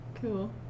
cool